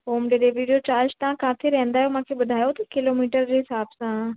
home delivery जो charge तव्हां किथे रहंदा आहियो मूंखे ॿुधायो त किलोमीटर जे हिसाब सां